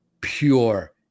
pure